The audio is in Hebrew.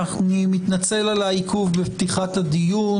אני מתנצל על העיכוב בפתיחת הדיון.